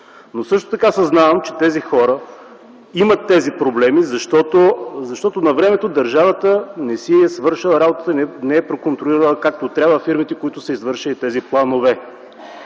но също така съзнавам, че тези хора имат тези проблеми, защото навремето държавата не си е свършила работата и не е проконтролирала както трябва фирмите, които са извършили тези планове.